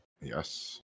Yes